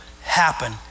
happen